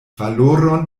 valoron